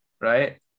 right